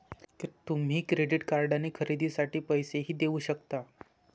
तुम्ही क्रेडिट कार्डने खरेदीसाठी पैसेही देऊ शकता